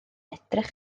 edrych